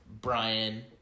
Brian